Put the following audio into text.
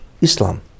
Islam